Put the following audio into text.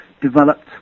developed